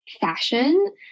fashion